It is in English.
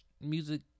music